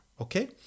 Okay